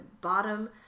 bottom